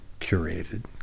curated